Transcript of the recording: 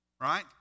right